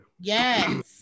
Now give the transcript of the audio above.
Yes